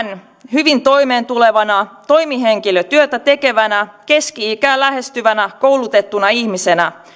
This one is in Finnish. hyvin toimeentulevana toimihenkilötyötä tekevänä keski ikää lähestyvänä koulutettuna ihmisenä